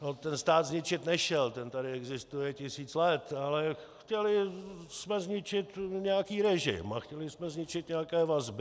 No ten stát zničit nešel, ten tady existuje tisíc let, ale chtěli jsme zničit nějaký režim a chtěli jsme zničit nějaké vazby.